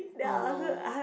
oh no